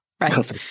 right